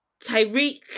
Tyreek